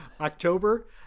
October